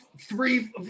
three